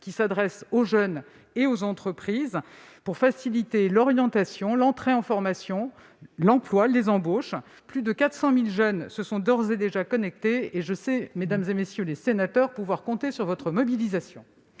qui s'adresse aux jeunes et aux entreprises et qui vise à faciliter l'orientation, l'entrée en formation, l'emploi et les embauches. Plus de 400 000 jeunes s'y sont déjà connectés, et je sais, mesdames, messieurs les sénateurs, pouvoir compter sur votre mobilisation